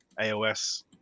AOS